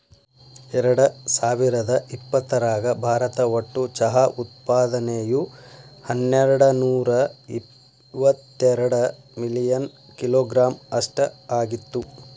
ಎರ್ಡಸಾವಿರದ ಇಪ್ಪತರಾಗ ಭಾರತ ಒಟ್ಟು ಚಹಾ ಉತ್ಪಾದನೆಯು ಹನ್ನೆರಡನೂರ ಇವತ್ತೆರಡ ಮಿಲಿಯನ್ ಕಿಲೋಗ್ರಾಂ ಅಷ್ಟ ಆಗಿತ್ತು